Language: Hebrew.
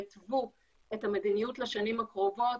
התוו את המדיניות לשנים הקרובות,